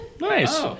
Nice